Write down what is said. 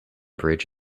bridge